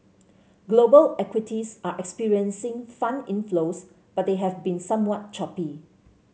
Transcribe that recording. global equities are experiencing fund inflows but they have been somewhat choppy